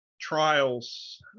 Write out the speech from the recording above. trials